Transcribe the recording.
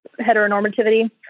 heteronormativity